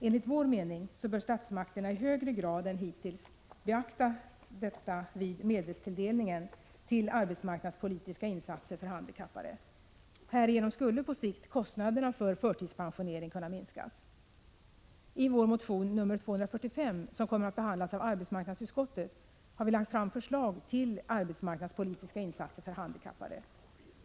Enligt vår mening bör statsmakterna i högre grad än hittills beakta detta vid medelstilldelningen till arbetsmarknadspolitiska insatser för handikappade. Härigenom skulle på sikt kostnaderna för förtidspensionering kunna minskas. I vår motion nr A245, som kommer att behandlas av arbetsmarknadsutskottet, har vi lagt fram förslag till arbetsmarknadspolitiska insatser för handikappade.